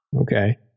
okay